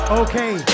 okay